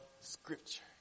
scripture